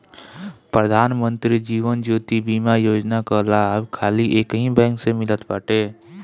प्रधान मंत्री जीवन ज्योति बीमा योजना कअ लाभ खाली एकही बैंक से मिलत बाटे